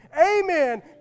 Amen